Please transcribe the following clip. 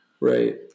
Right